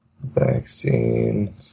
Vaccine